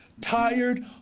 Tired